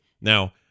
Now